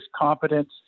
competence